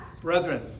Brethren